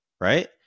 Right